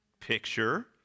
picture